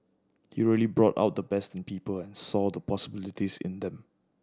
he really brought out the best in people and saw the possibilities in them